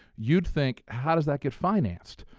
you'd think how does that get financed?